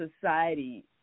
society